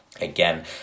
again